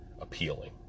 appealing